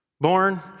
born